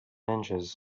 inches